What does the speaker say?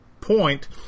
point